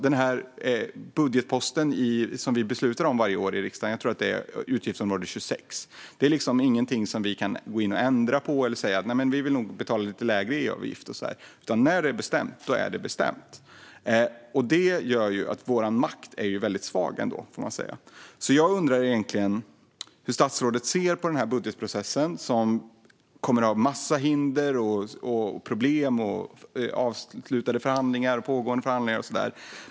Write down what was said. Den budgetpost som vi beslutar om varje år i riksdagen - jag tror att det är utgiftsområde 26 - är ingenting som vi kan gå in och ändra på och säga: Vi vill nog betala lite lägre EU-avgift. När det är bestämt så är det bestämt. Det gör att vår makt är väldigt svag. Jag undrar egentligen hur statsrådet ser på budgetprocessen. Den kommer att ha en massa hinder, problem, avslutade förhandlingar, pågående förhandlingar och sådant.